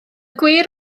gwir